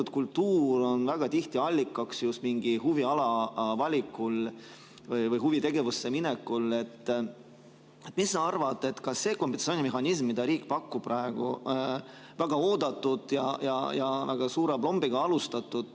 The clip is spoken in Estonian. kultuur on väga tihti allikaks just mingi huviala valikul või huvitegevusse minekul. Mis sa arvad, kas see kompensatsioonimehhanism, mida riik praegu pakub, väga oodatud ja väga suure aplombiga alustatud,